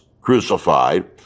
crucified